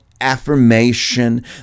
affirmation